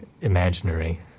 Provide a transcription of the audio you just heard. imaginary